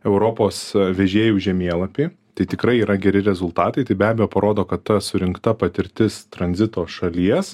europos vežėjų žemėlapy tai tikrai yra geri rezultatai tai be abejo parodo kad ta surinkta patirtis tranzito šalies